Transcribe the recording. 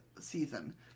season